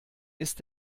ist